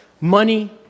money